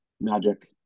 Magic